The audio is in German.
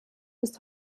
bis